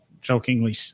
jokingly